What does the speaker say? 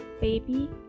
baby